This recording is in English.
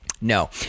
No